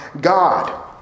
God